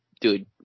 dude